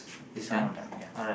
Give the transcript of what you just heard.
this one all done ya